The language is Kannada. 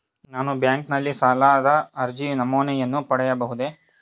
ನಾನು ಬ್ಯಾಂಕಿನಲ್ಲಿ ಸಾಲದ ಅರ್ಜಿ ನಮೂನೆಯನ್ನು ಪಡೆಯಬಹುದೇ?